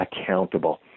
accountable